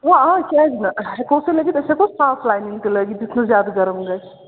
اوٚوا آ کیٛازِ نہٕ ہٮ۪کوس ہَے لٲگِتھ أسۍ ہٮ۪کوس صاف لاینِنٛگ تہِ لٲگِتھ یُتھ نہٕ زیادٕ گرم گژھِ